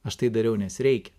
aš tai dariau nes reikia